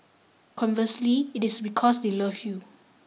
conversely it is because they love you